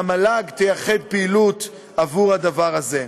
תייחד פעילות עבור הדבר הזה.